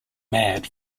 mad